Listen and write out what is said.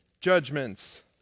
judgments